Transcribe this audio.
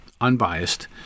unbiased